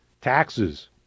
Taxes